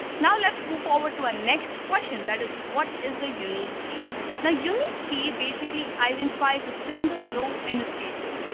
now, let's move over to our next question that is what is the unique key now unique key basically identifies a single row in a table.